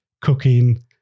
cooking